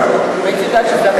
מה לעשות.